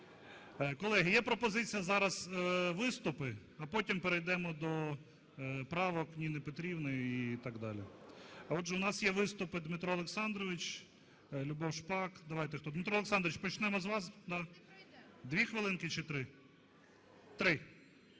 Колеги, є пропозиція зараз виступи, а потім перейдемо до правок Ніни Петрівни і так далі. Отже, у нас є виступи: Дмитро Олександрович, Любов Шпак. Давайте, хто? Дмитро Олександрович, почнемо з вас, да? Дві хвилинки чи три? Три.